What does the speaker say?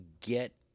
get